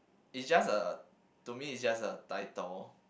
it just a to me it's just a title